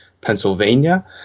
Pennsylvania